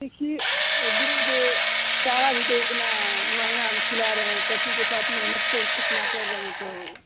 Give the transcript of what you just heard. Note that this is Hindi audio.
देखिए दूध चारा भी तो इतना महंगा हम खिला रहे है पशु के साथ मेहनत तो कितना कर रहे हैं तो